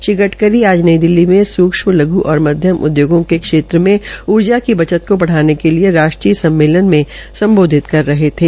श्री गड़करी आज नई दिल्ली में सूक्षम लघ् और मध्यम उदयोगों के क्षेत्र में ऊर्जा की बचत को बढ़ाने के लिए राष्ट्रीय सम्मेलन मे सम्बोधित कर रहे थे